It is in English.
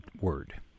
word